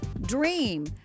dream